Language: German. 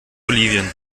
bolivien